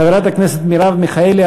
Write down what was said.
חברת הכנסת מרב מיכאלי,